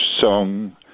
song